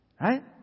right